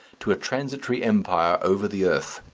to a transitory empire over the earth.